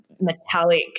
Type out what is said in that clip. metallic